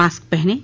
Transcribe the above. mask पहनें